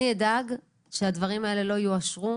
אני אדאג שהדברים האלה לא יאושרו,